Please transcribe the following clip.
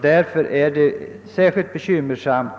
Därför har de det särskilt bekymmersamt.